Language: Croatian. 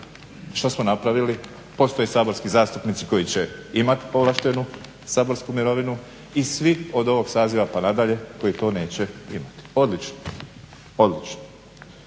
Što smo napravili? Postoje saborski zastupnici koji će imati povlašteni saborsku mirovinu i svi od ovog pa na dalje koji to neće imati. Odlično! Odlično!